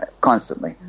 constantly